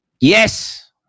Yes